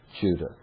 Judah